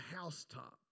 housetop